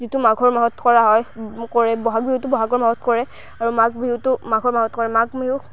যিটো মাঘৰ মাহত কৰা হয় কৰে বহাগ বিহুটো বহাগ মাহত কৰে আৰু মাঘ বিহুটো মাঘৰ মাহত কৰে মাঘ বিহু